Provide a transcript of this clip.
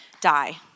die